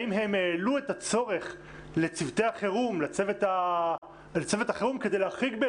האם הם העלו את הצורך לצוותי החירום כדי להחריג,